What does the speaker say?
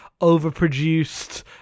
overproduced